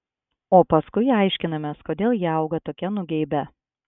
o paskui aiškinamės kodėl jie auga tokie nugeibę